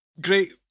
Great